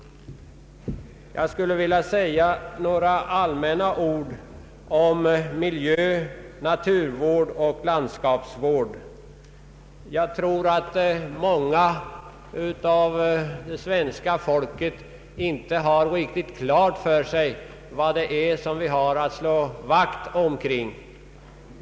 Jag vill också säga några ord rent allmänt om miljö-, naturoch landskapsvård. Jag misstänker att många människor i vårt land inte riktigt har klart för sig vad det är vi måste slå vakt kring.